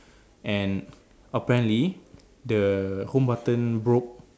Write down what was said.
and apparently the home button broke